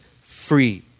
free